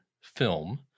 film